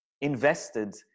invested